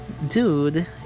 dude